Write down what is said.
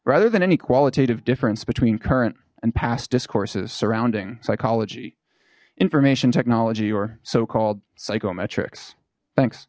rather than any qualitative difference between current and past discourses surrounding psychology information technology or so called psycho metrics thanks